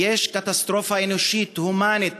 יש קטסטרופה אנושית הומנית